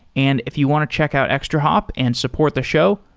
and if you want to check out extrahop and support the show,